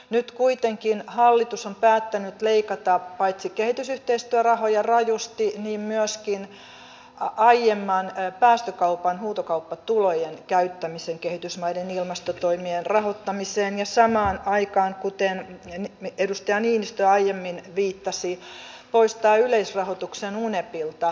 nyt kuitenkin hallitus on päättänyt leikata paitsi kehitysyhteistyörahoja rajusti niin myöskin aiemman päästökaupan huutokauppatulojen käyttämisen kehitysmaiden ilmastotoimien rahoittamiseen ja samaan aikaan kuten edustaja niinistö aiemmin viitasi poistaa yleisrahoituksen unepilta